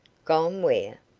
gone where?